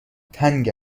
تنگ